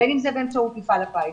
בין אם זה באמצעות מפעל הפיס,